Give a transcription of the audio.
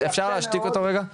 אפשר להשתיק אותו רגע?